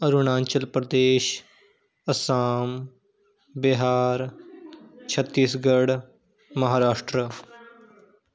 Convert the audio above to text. Arunachal Pradesh Assam Bihar Chhattisgarh Maharashtra